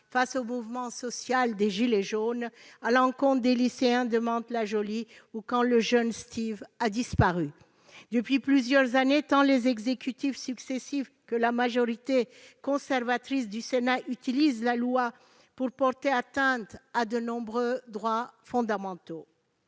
avec le mouvement social des « gilets jaunes », à l'encontre des lycéens de Mantes-la-Jolie ou quand le jeune Steve a disparu. Depuis plusieurs années, tant les exécutifs successifs que la majorité conservatrice du Sénat utilisent la loi pour porter atteinte à de nombreux droits fondamentaux.